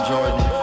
Jordan